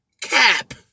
Cap